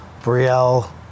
Brielle